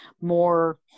more